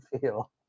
feel